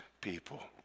people